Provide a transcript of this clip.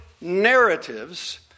narratives